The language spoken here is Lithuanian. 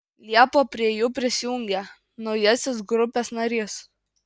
liepą prie jų prisijungė naujasis grupės narys